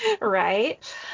right